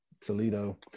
Toledo